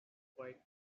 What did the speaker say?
quiet